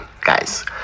guys